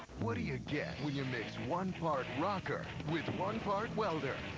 what do you get when you mix one part rocker with one part welder,